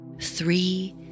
three